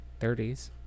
30s